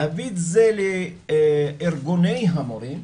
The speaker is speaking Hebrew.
להביא את זה לארגוני המורים,